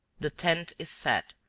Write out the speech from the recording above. the tent is set,